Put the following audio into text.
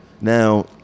Now